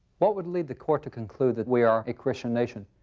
what would lead the court to conclude that we are a christian nation?